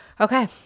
okay